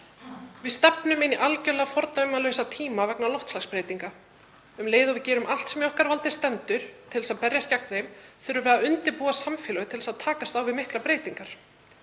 Við stefnum inn í algerlega fordæmalausa tíma vegna loftslagsbreytinga. Um leið og við gerum allt sem í okkar valdi stendur til að berjast gegn þeim þurfum við að undirbúa samfélagið til að takast á við miklar breytingar.